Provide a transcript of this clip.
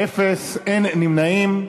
אין, אין נמנעים.